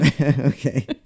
Okay